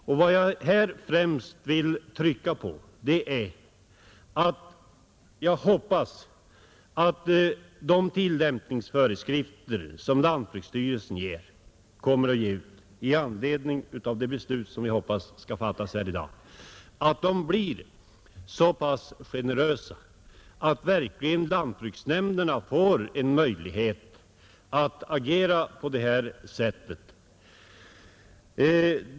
Och vad jag här främst vill trycka på är förhoppningen att de tillämpningsföreskrifter, som lantbruksstyrelsen kommer att ge ut i anledning av det beslut som jag väntar skall fattas här i dag, blir så pass generösa att lantbruksnämnderna verkligen får möjlighet att agera på det här sättet.